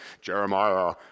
Jeremiah